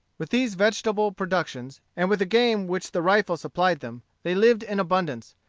with these vegetable productions, and with the game which the rifle supplied them, they lived in abundance,